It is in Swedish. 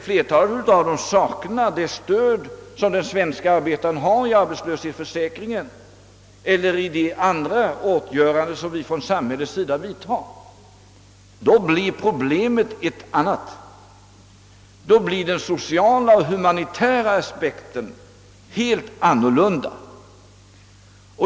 Flertalet av dem saknar det stöd som den svenske arbetaren har i arbetslöshetsförsäkringen och de andra åtgöranden som vi från samhällets sida vidtar. Då blir den socialahumanitära aspekten helt annorlunda.